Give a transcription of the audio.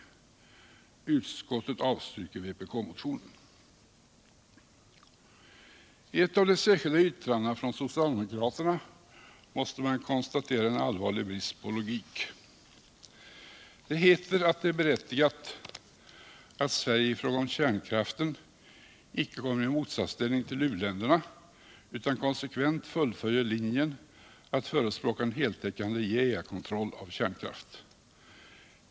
Utskottet avstyrker också vpk-motionen. I ett av de särskilda yttrandena från socialdemokraterna måste man konstatera en allvarlig brist på logik. Det heter att det är berättigat att Sverige i fråga om kärnkraften icke kommer i motsatsställning till u-länderna utan konsekvent fullföljer linjen att förespråka en heltäckande IAEA-kontroll av kärnkraft.